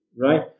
right